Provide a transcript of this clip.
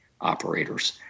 operators